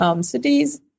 cities